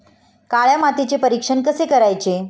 काळ्या मातीचे परीक्षण कसे करायचे?